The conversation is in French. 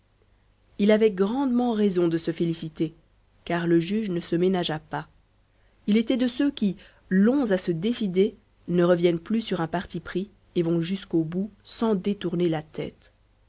il avait grandement raison de se féliciter car le juge ne se ménagea pas il était de ceux qui longs à se décider ne reviennent plus sur un parti pris et vont jusqu'au bout sans détourner la tête